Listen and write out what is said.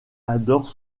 adore